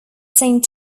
saint